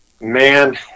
Man